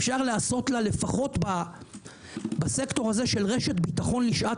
אפשר לעשות לה לפחות בסקטור הזה של רשת ביטחון לשעת